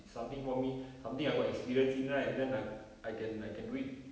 something for me something I got experience in right then I I can I can do it